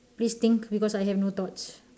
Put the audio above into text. please think because I have no thoughts